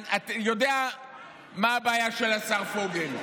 אתה יודע מה הבעיה של פוגל,